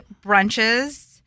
brunches